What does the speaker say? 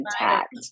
intact